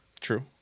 True